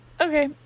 Okay